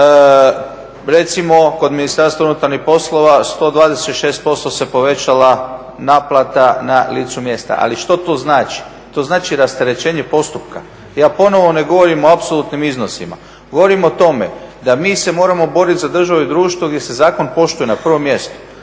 recimo kod Ministarstva unutarnjih poslova 126% se povećala naplata na licu mjesta. Ali što to znači? To znači rasterećenje postupka. Ja ponovo ne govorim o apsolutnim iznosima. Govorim o tome da mi se moramo boriti za državu i društvo gdje se zakon poštuje na prvom mjestu.